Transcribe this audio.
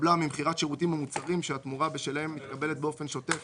התקבלה ממכירת שירותים או מוצרים שהתמורה בשלהם מתקבלת באופן שוטף